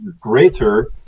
greater